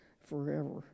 forever